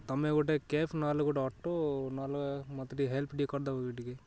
ତମେ ଗୋଟେ କ୍ୟାବ୍ ନହେଲେ ଗୋଟେ ଅଟୋ ନହେଲେ ମୋତେ ଟିକିଏ ହେଲ୍ପ ଠିକ କରିଦେବ କି ଟିକିଏ